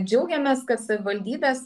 džiaugiamės kad savivaldybės